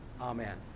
Amen